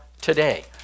today